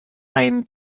einen